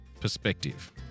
perspective